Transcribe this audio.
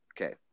okay